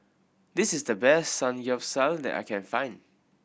this is the best Samgeyopsal that I can find